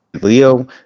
Leo